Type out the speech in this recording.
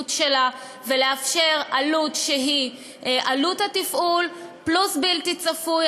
שלה ולאפשר עלות שהיא עלות התפעול פלוס בלתי צפוי,